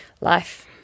life